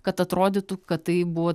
kad atrodytų kad tai buvo atlikta